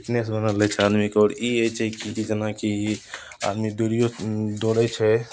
fitness बनल रहय छै आदमीके आओर ई होइ छै की जेनाकि ई आदमी दौड़ियो दौड़य छै